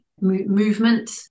movement